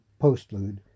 Postlude